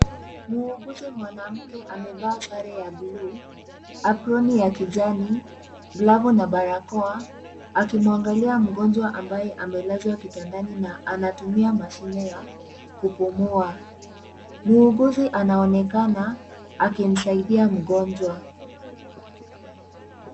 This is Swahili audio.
Muuguzi mwanamke amevaa sare ya bluu, aproni ya kijani, glavu na barakoa akimwangalia mgonjwa ambaye amelazwa kitandani na anatumia mashine ya kupumua. Muuguzi anaonekana akimsaidia mgonjwa.